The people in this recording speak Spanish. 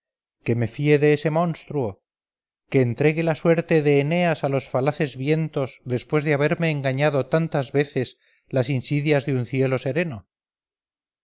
qué me fíe de ese monstruo qué entregue la suerte de eneas a los falaces vientos después de haberme engañado tantas veces las insidias de un cielo sereno